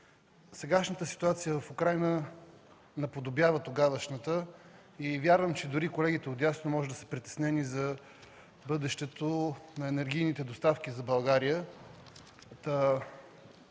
Сегашната ситуация в Украйна наподобява тогавашната и вярвам, че дори колегите отдясно може да са притеснени за бъдещето на енергийните доставки за България.